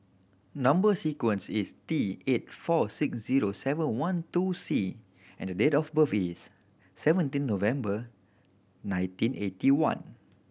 number sequence is T eight four six zero seven one two C and date of birth is seventeen November nineteen eighty one